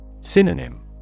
Synonym